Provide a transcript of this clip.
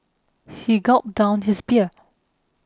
he gulped down his beer